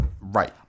Right